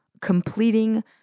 completing